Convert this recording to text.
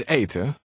eten